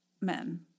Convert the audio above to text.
men